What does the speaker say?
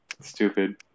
Stupid